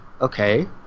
Okay